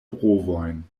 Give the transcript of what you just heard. brovojn